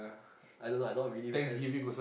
I don't know I not really have